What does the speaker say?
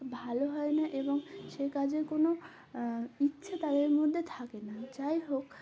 ভালো হয় না এবং সে কাজে কোনো ইচ্ছো তাদের মধ্যে থাকে না যাই হোক